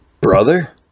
Brother